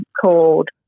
called